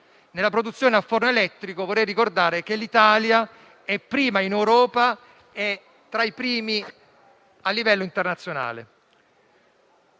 nella produzione a forno elettrico l'Italia è prima in Europa e tra i primi a livello internazionale.